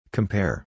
Compare